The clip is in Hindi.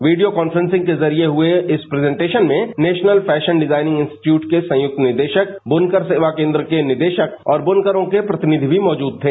वीडियो कॉन्फ्रेंसिग के जरिये हुए इस प्रजेंटेशन में नेशनल फैशन डिजाइनिंग इंस्टीटूयट के संयुक्त निदेशक बुनकर सेवा केन्द्र के निदेशक और ब्रनकरों के प्रतिनिधि भी मौजूद थे